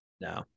no